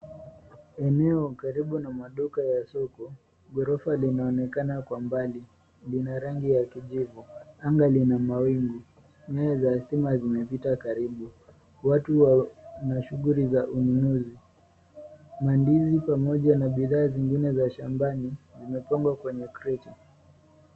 Eneo karibu na maduka ya soko, gorofa linaonekana kwa mbali. Lina rangi ya kijivu. Anga lina mawingu. Nyaya za stima zimepita karibu. Watu wana shughuli za ununuzi. Mandizi pamoja na bidhaa zingine za shambani zimepangwa kwenye kreti.